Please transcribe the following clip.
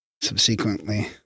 Subsequently